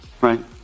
Right